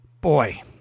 boy